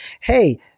hey